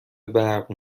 برق